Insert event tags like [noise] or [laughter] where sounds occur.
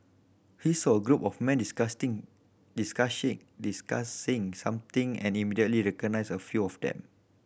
he saw a group of men [unintelligible] discussing something and immediately recognised a few of them